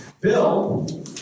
Bill